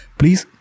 please